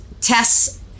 tests